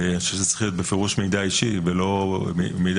שזה צריך להיות בפירוש מידע אישי ולא מידע